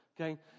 okay